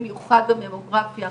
הזכירה זאת גם הפרופ' קינן בוקר,